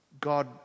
God